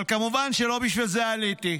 אבל כמובן שלא בשביל זה עליתי.